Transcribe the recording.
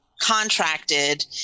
contracted